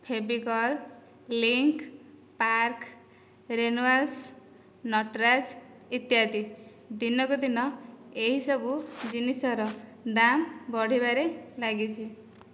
Fevicol Linc Parker Reynolds Nataraj ଇତ୍ୟାଦି ଦିନକୁ ଦିନ ଏହିସବୁ ଜିନିଷର ଦାମ ବଢ଼ିବାରେ ଲାଗିଛି